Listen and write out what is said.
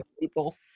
people